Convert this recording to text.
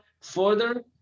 further